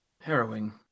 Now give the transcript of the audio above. harrowing